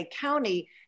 County